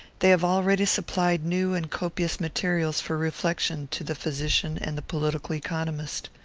they have already supplied new and copious materials for reflection to the physician and the political economist.